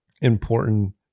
important